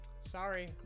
Sorry